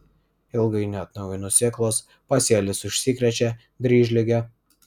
ilgai neatnaujinus sėklos pasėlis užsikrečia dryžlige